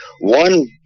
One